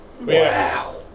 Wow